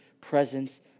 presence